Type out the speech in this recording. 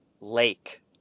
Lake